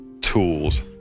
tools